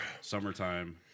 Summertime